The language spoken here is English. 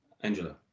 Angela